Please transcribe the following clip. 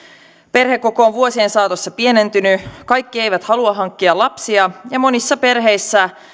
perhekoko on vuosien saatossa pienentynyt kaikki eivät halua hankkia lapsia ja monissa perheissä